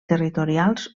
territorials